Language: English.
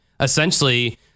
essentially